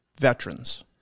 veterans